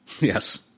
Yes